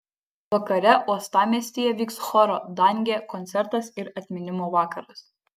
vakare uostamiestyje vyks choro dangė koncertas ir atminimo vakaras